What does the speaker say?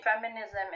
feminism